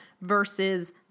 versus